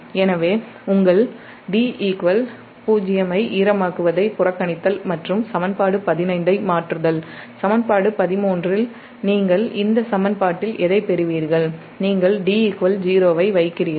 எனவே உங்கள் D 0 ஐ ஈரமாக்குவதை புறக்கணித்தல் மற்றும் சமன்பாடு 15 ஐ மாற்றுதல் சமன்பாடு 13 இல் நீங்கள் இந்த சமன்பாட்டில் எதைப் பெறுவீர்கள் நீங்கள் D 0 ஐ வைக்கிறீர்கள்